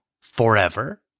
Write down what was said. forever